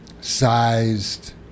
sized